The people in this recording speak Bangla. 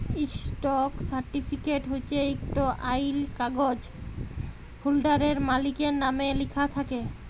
ইস্টক সার্টিফিকেট হছে ইকট আইল কাগ্যইজ হোল্ডারের, মালিকের লামে লিখ্যা থ্যাকে